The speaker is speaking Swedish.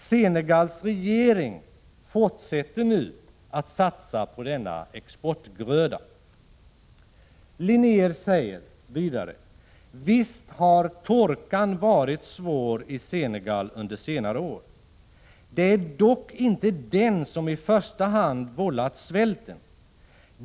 Senegals regering fortsätter nu att satsa på denna exportgröda. Linnér säger vidare: Visst har torkan varit svår i Senegal under senare år. Det är dock inte den som i första hand vållat svälten.